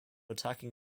attacking